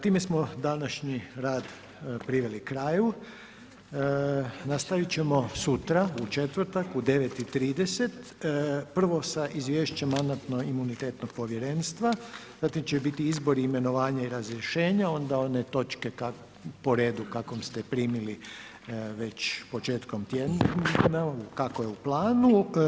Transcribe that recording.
Time smo današnji rad priveli kraju, nastavit ćemo sutra, u četvrtak, u 9 i 30, prvo sa Izvješćem mandatno-imunitetnog povjerenstva, zatim će biti izbor i imenovanje i razrješenje, onda one točke po redu kako ste primili već početkom tjedna, kako je u planu.